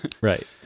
Right